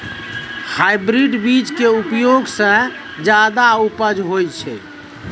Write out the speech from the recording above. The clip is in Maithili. हाइब्रिड बीज के उपयोग सॅ ज्यादा उपज होय छै